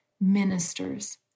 Ministers